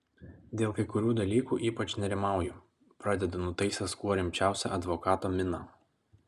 dėl kai kurių dalykų ypač nerimauju pradedu nutaisęs kuo rimčiausią advokato miną